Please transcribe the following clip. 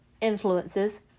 influences